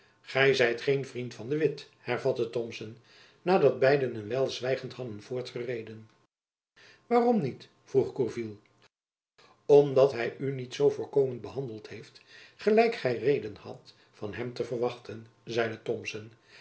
gy zijt geen vriend van de witt hervatte thomson na dat beiden een wijl zwijgend hadden voortgereden waarom niet vroeg gourville omdat hy u niet zoo voorkomend behandeld heeft gelijk gy reden hadt van hem te verwachten zeide thomson